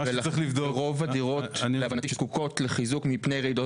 רוב הדירות להבנתי שזקוקות לחיזוק מפני רעידות